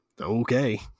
okay